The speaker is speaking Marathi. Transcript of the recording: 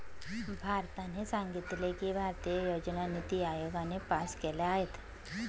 भारताने सांगितले की, भारतीय योजना निती आयोगाने पास केल्या आहेत